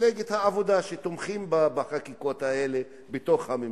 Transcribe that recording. מפלגת העבודה שתומכות בחקיקות האלה בממשלה.